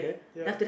ya